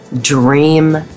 Dream